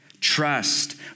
Trust